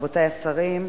רבותי השרים,